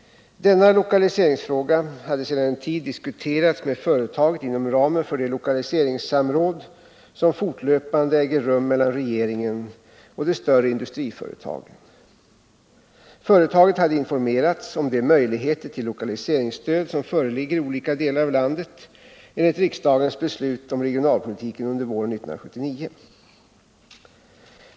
Denna lokaliseringsfråga hade sedan en tid diskuterats med företaget inom ramen för det lokaliseringssamråd som fortlöpande äger rum mellan regeringen och de större industriföretagen. Företaget hade informerats om de möjligheter till lokaliseringsstöd som föreligger i olika delar av landet enligt riksdagens beslut om regionalpolitiken under våren 1979 .